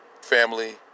family